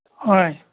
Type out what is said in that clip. ꯍꯣꯏ